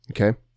Okay